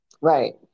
Right